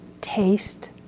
taste